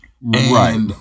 right